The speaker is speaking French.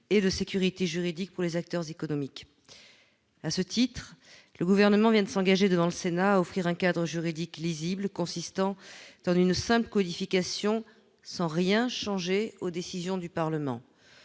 et de sécurité juridique pour les acteurs économiques. À ce titre, le Gouvernement vient de s'engager devant le Sénat à offrir un cadre juridique lisible consistant en une simple codification, sans rien changer aux décisions du Parlement.